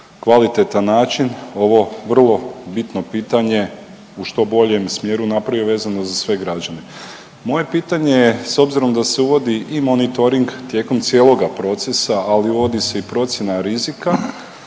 kvalitetan način ovo vrlo bitno pitanje u što boljem smjeru napravio vezano za sve građane. Moje pitanje je s obzirom da se uvodi i monitoring tijekom cijeloga procesa, ali uvodi se i procjena rizika